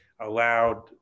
allowed